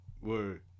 Word